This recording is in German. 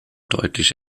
deutlich